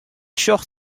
sjocht